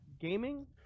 Gaming